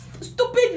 stupid